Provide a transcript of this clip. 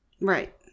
Right